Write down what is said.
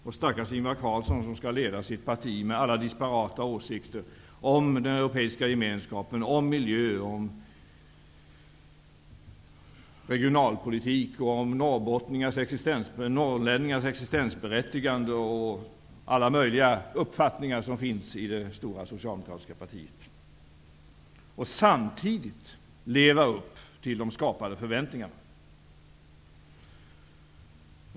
Och stackars Ingvar Carlsson som skall leda sitt parti med alla disparata åsikter om den europeiska gemenskapen, miljön, regionalpolitik, norrlänningars existensberättigande och alla möjliga uppfattningar som finns i det stora socialdemokratiska partiet och samtidigt leva upp till de skapade förväntningarna.